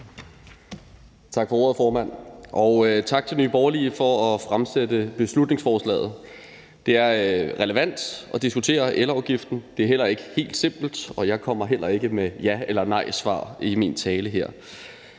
Tak for ordet, formand, og tak til Nye Borgerlige for at have fremsat beslutningsforslaget. Det er relevant at diskutere elafgiften. Det er ikke helt simpelt, og jeg kommer heller ikke med ja- eller nejsvar i min tale her.